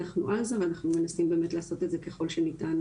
אנחנו על זה ואנחנו מנסים באמת לעשות את זה מהר ככל שניתן.